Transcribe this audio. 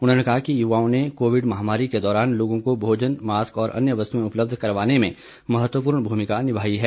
उन्होंने कहा कि युवाओं ने कोविड महामारी के दौरान लोगों को भोजन मास्क और अन्य वस्तुएं उपलब्ध करवाने में महत्वपूर्ण भूमिका निभाई है